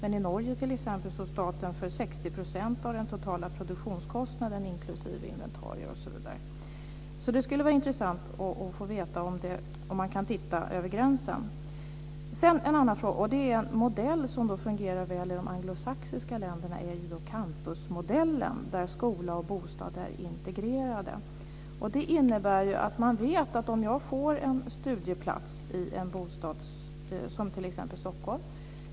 I Norge står t.ex. staten för 60 % av den totala produktionskostnaden inklusive inventarier osv. Det skulle vara intressant att veta om man kan titta över gränsen. Sedan har jag en annan fråga. En modell som fungerar väl i de anglosaxiska länderna är ju campusmodellen, där skola och bostad är integrerade. Det är bra om du får en studieplats i t.ex. Stockholm.